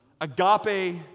Agape